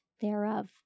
thereof